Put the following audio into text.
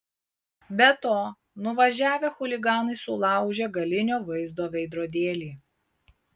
be to nuvažiavę chuliganai sulaužė galinio vaizdo veidrodėlį